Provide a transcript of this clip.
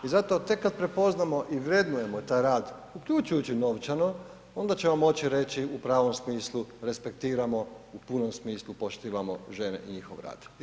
I zato tek kad prepoznamo i vrednujemo taj rad, uključujući i novčano, onda ćemo moći reći u pravom smislu resprektiramo, u punom smislu poštivamo žene i njihov rad i